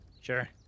Sure